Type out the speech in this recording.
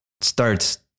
starts